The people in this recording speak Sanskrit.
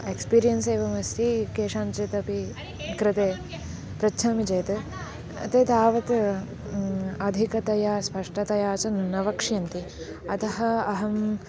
एक्स्पीरियन्स् एवम् अस्ति केषाञ्चित् अपि कृते पृच्छामि चेत् ते तावत् अधिकतया स्पष्टतया सुन् न वक्ष्यन्ति अतः अहम्